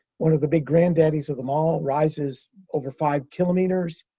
one of the big granddaddies of them all, rises over five kilometers,